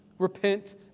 repent